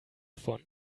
von